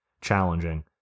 challenging